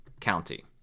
County